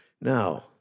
Now